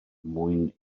mwyn